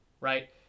right